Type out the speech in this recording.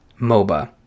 MOBA